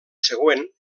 següent